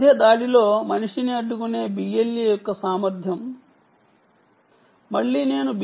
మధ్యలో మనిషిని అడ్డుకునే సామర్థ్యం BLE కి ఉంది